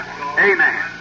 Amen